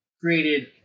created